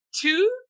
Two